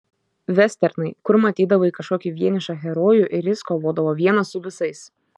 vesternai kur matydavai kažkokį vienišą herojų ir jis kovodavo vienas su visais